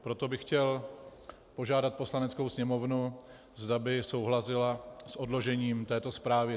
Proto bych chtěl požádat Poslaneckou sněmovnu, zda by souhlasila s odložením této zprávy.